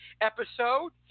episode